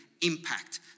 impact